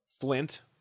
flint